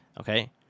okay